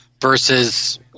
versus